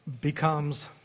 becomes